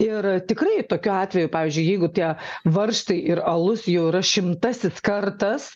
ir tikrai tokiu atveju pavyzdžiui jeigu tie varžtai ir alus jau yra šimtasis kartas